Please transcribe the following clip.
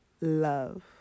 love